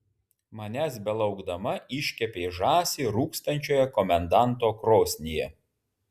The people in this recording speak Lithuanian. manęs belaukdama iškepei žąsį rūkstančioje komendanto krosnyje